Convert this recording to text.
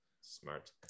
Smart